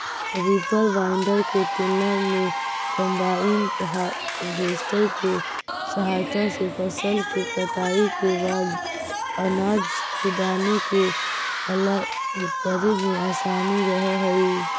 reaper binder के तुलना में कम्बाइन हार्वेस्टर के सहायता से फसल के कटाई के बाद अनाज के दाना के अलग करे में असानी रहऽ हई